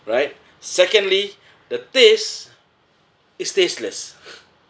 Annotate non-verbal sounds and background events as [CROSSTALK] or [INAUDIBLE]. [BREATH] right secondly the taste is tasteless [BREATH]